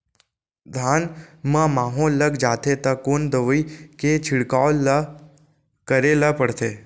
धान म माहो लग जाथे त कोन दवई के छिड़काव ल करे ल पड़थे?